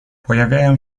pojawiają